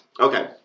Okay